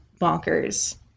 bonkers